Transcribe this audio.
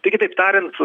tai kitaip tariant